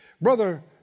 Brother